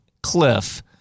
cliff